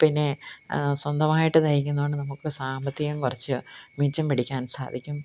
പിന്നെ സ്വന്തമായിട്ട് തയ്ക്കുന്നതുകൊണ്ട് നമുക്ക് സാമ്പത്തികം കുറച്ച് മിച്ചം പിടിക്കാന് സാധിക്കും